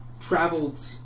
traveled